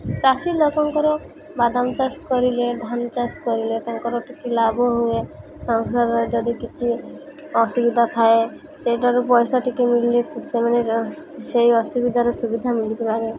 ଚାଷୀ ଲୋକଙ୍କର ବାଦାମ ଚାଷ କରିଲେ ଧାନ ଚାଷ କରିଲେ ତାଙ୍କର ଟିକେ ଲାଭ ହୁଏ ସଂସାରରେ ଯଦି କିଛି ଅସୁବିଧା ଥାଏ ସେଇଠାରୁ ପଇସା ଟିକେ ମଳିଲେ ସେମାନେ ସେଇ ଅସୁବିଧାର ସୁବିଧା ମିଳିପାରେ